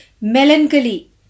melancholy